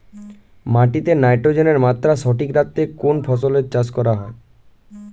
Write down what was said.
মাটিতে নাইট্রোজেনের মাত্রা সঠিক রাখতে কোন ফসলের চাষ করা ভালো?